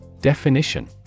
Definition